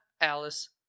Alice